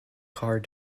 card